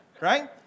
right